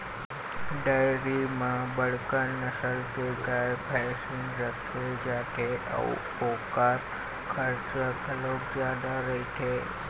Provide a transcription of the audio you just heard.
dairy म बड़का नसल के गाय, भइसी राखे जाथे अउ ओखर खरचा घलोक जादा रहिथे